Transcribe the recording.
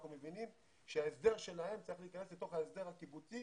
אנחנו מבינים שההסדר שלהם צריך להיכנס לתוך ההסדר הקיבוצי